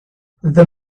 the